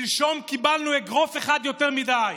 שלשום קיבלנו אגרוף אחד יותר מדי.